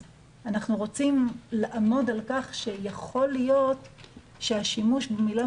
אנחנו רוצים לעמוד על כך שיכול להיות שהשימוש במילה